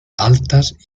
altas